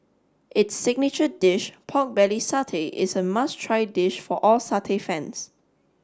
its signature dish pork belly satay is a must try dish for all satay fans